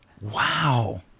Wow